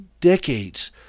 decades